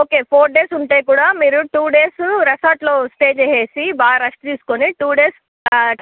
okay four days ఉంటే కూడా మీరు టూ డేస్ రిసార్ట్లో స్టే చేసేసి బాగా రెస్ట్ తీసుకుని టూ డేస్